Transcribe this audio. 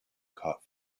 caught